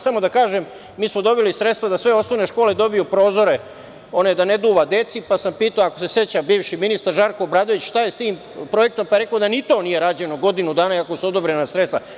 Samo da kažem, čak, mi smo dobili sredstva da sve osnovne škole dobiju prozore, da ne duva deci, pa sam pitao, ako se seća bivši ministar Žarko Obradović, šta je sa tim projektom, pa je rekao da ni to nije rađeno godinu dana, iako su odobrena sredstva.